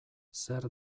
zer